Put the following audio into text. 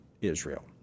israel